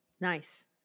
Nice